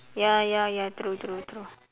ya ya ya true true true